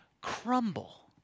crumble